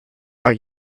are